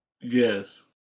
Yes